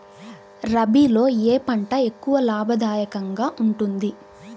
రబీలో ఏ పంట ఎక్కువ లాభదాయకంగా ఉంటుంది?